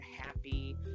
happy